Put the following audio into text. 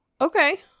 Okay